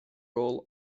role